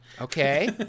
Okay